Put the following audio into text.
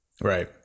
Right